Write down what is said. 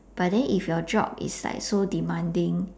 but then if your job is like so demanding